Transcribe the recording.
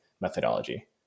methodology